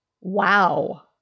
Wow